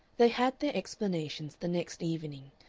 they had their explanations the next evening,